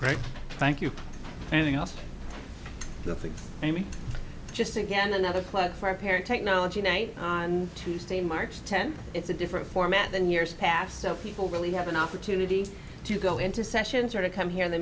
right thank you anything else i mean just again another club for a parent technology night on tuesday march tenth it's a different format than years past so people really have an opportunity to go into sessions or to come here in the